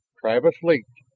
travis leaped.